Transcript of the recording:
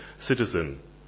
citizen